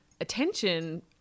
attention